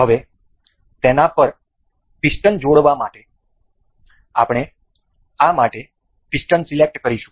હવે તેના પર પિસ્ટન જોડવા માટે આપણે આ માટે પિસ્ટન સિલેક્ટ કરીશું